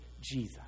Jesus